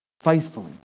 faithfully